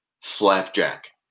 Slapjack